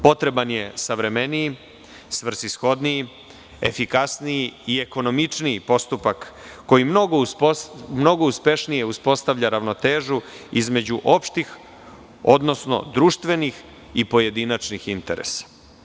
Potreban je savremeniji, svrsishodniji, efikasniji i ekonomičniji postupak koji mnogo uspešnije uspostavlja ravnotežu između opštih, odnosno društvenih i pojedinačnih interesa.